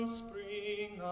spring